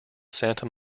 santa